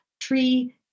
tree